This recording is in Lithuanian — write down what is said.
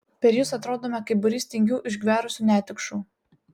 per jus atrodome kaip būrys tingių išgverusių netikšų